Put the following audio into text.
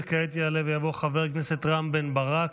וכעת יעלה ויבוא חבר הכנסת רם בן ברק,